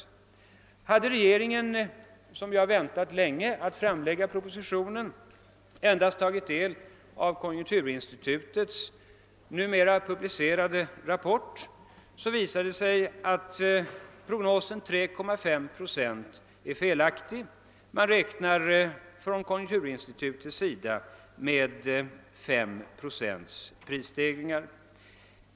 Hade regeringen, som ju har väntat länge med att framlägga propositionen, endast tagit del av konjunkturinstitutets numera publicerade rapport, hade den funnit att prognosen 3,5 procent är felaktig. Konjunkturinstitutet räknar nämligen med 5 procents prisstegringar.